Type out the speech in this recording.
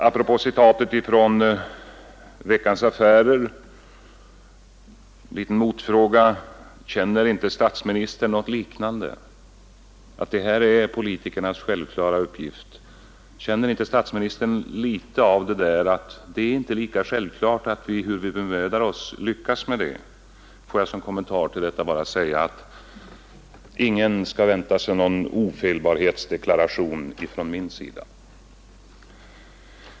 Apropå citatet från Veckans Affärer vill jag ställa en liten motfråga: Känner inte statsministern också att det är politikernas självklara uppgift att se till att det råder balans i samhällsekonomin? Känner inte statsministern litet av att det inte är lika självklart att vi lyckas med det, hur vi än bemödar oss? Ingen skall i varje fall vänta sig någon ofelbarhetsdeklaration från min sida.